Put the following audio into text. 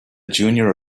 junior